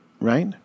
Right